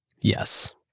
Yes